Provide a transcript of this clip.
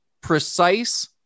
precise